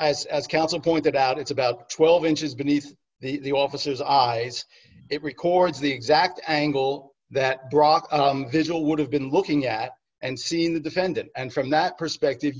as as counsel pointed out it's about twelve inches beneath the officers eyes it records the exact angle that brock visual would have been looking at and seen the defendant and from that perspective